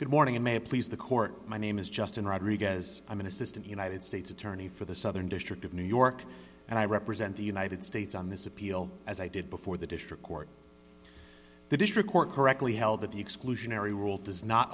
good morning in may please the court my name is justin rodriguez i'm an assistant united states attorney for the southern district of new york and i represent the united states on this appeal as i did before the district court the district court correctly held that the exclusionary rule does not